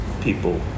people